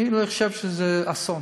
אני חושב שזה אסון,